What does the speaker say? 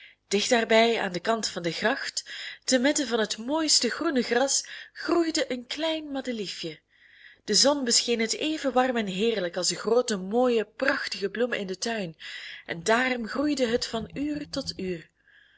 dicht daarbij aan den kant van de gracht te midden van het mooiste groene gras groeide een klein madeliefje de zon bescheen het even warm en heerlijk als de groote mooie prachtige bloemen in den tuin en daarom groeide het van uur tot uur